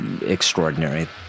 extraordinary